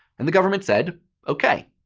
and the government said okay.